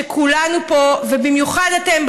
שכולנו פה ובמיוחד אתם,